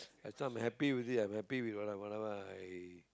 as long I'm happy with it I'm happy with whatever I